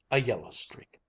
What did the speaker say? a yellow streak.